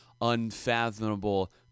unfathomable